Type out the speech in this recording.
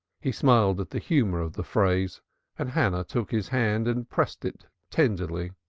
he smiled at the humor of the phrase and hannah took his hand and pressed it tenderly.